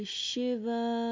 shiva